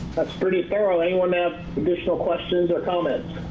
that's pretty thorough. anyone ah additional questions or comments?